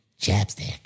Chapstick